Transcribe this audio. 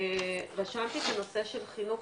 רשמתי כנושא של חינוך,